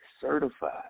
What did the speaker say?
certified